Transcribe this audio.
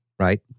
Right